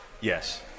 Yes